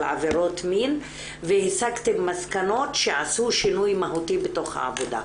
עבירות מין והסקתם מסקנות שעשו שינוי מהותי בתוך העבודה?